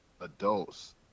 adults